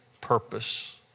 purpose